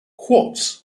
quartz